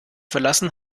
verlassen